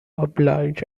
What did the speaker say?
obliged